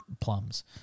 plums